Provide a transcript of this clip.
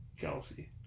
Kelsey